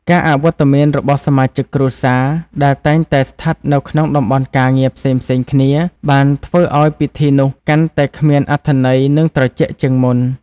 ការអវត្ដមានរបស់សមាជិកគ្រួសារ ដែលតែងតែស្ថិតនៅក្នុងតំបន់ការងារផ្សេងៗគ្នា បានធ្វើឱ្យពិធីនោះកាន់តែគ្មានអត្ថន័យនិងត្រជាក់ជាងមុន។